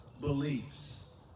beliefs